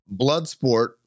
Bloodsport